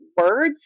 words